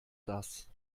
das